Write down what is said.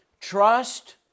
trust